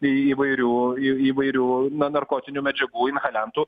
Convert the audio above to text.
įvairių į įvairių na narkotinių medžiagų inhaliantų